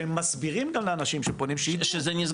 שהם מסבירים גם לאנשים שזה נסגר,